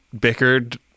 bickered